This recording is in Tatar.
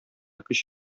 көч